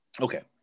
Okay